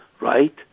right